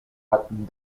hatten